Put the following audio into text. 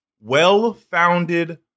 well-founded